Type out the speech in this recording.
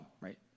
right